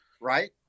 right